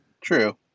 True